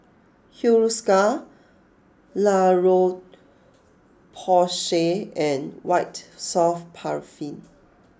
Hiruscar La Roche Porsay and White Soft Paraffin